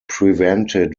prevented